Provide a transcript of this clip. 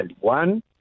One